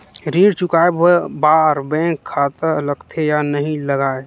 ऋण चुकाए बार बैंक खाता लगथे या नहीं लगाए?